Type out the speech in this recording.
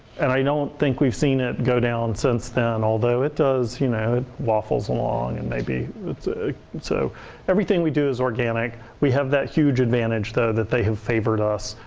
and i don't think we've seen it go down since then. although it does, you know, it waffles along and maybe so everything we do is organic. we have that huge advantage though that they have favored us.